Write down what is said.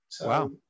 Wow